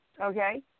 Okay